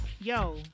yo